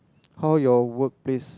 how your workplace